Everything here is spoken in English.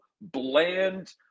bland